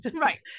right